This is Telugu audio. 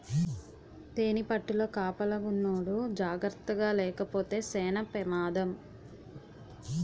తేనిపట్టుల కాపలాకున్నోడు జాకర్తగాలేపోతే సేన పెమాదం